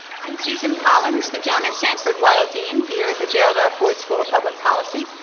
i'm susan collins, the joan and sanford weill dean here at the gerald r. ford school of public policy,